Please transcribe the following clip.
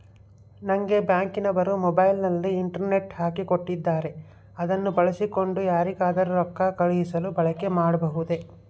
ನಂಗೆ ಬ್ಯಾಂಕಿನವರು ಮೊಬೈಲಿನಲ್ಲಿ ಇಂಟರ್ನೆಟ್ ಹಾಕಿ ಕೊಟ್ಟಿದ್ದಾರೆ ಅದನ್ನು ಬಳಸಿಕೊಂಡು ಯಾರಿಗಾದರೂ ರೊಕ್ಕ ಕಳುಹಿಸಲು ಬಳಕೆ ಮಾಡಬಹುದೇ?